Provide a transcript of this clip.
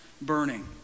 burning